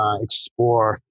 explore